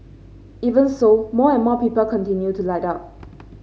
even so more and more people continue to light up